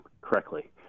correctly